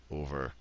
over